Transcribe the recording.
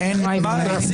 נפל.